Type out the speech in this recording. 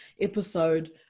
episode